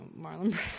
Marlon